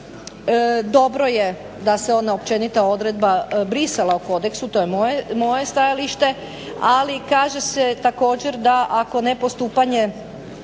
Dobro je da se ona općenita odredba brisala o kodeksu to je moje stajalište, ali kaže se također da ako nepostupanje